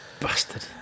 Bastard